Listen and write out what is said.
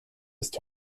ist